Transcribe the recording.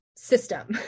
system